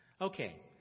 Okay